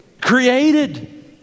Created